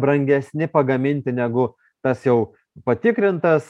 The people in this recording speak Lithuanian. brangesni pagaminti negu tas jau patikrintas